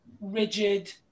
rigid